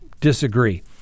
disagree